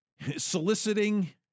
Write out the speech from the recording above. Soliciting